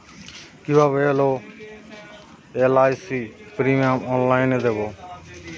কিভাবে LIC premium অনলাইনে দেবো?